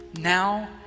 Now